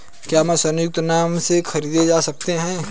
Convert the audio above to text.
क्या ये संयुक्त नाम से खरीदे जा सकते हैं?